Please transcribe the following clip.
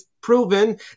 proven